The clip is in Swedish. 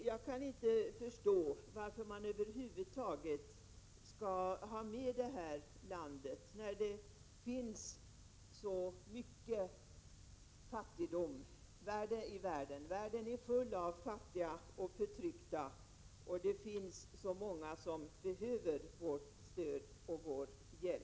Jag kan inte förstå varför vi över huvud taget skall ha med detta land, när det finns så mycken värre fattigdom i världen. Världen är full av fattiga och förtryckta, och det finns så många som behöver vårt stöd och vår hjälp.